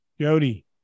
Jody